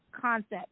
concept